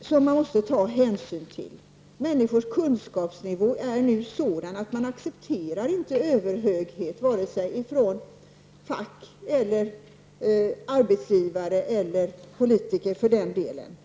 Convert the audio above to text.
som man måste ta hänsyn till. Människors kunskapsnivå är nu sådan att man inte accepterar överhöghet vare sig från facket, arbetsgivaren eller politiker, för den delen.